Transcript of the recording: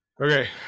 Okay